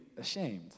ashamed